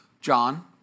John